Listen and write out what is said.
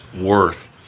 worth